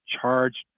charged